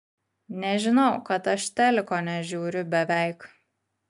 nežinau kad aš teliko nežiūriu beveik